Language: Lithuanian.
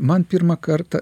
man pirmą kartą